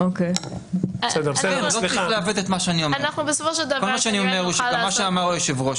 כל מה שאני אומר זה מה שאמר היושב-ראש,